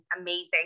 amazing